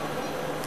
בבקשה.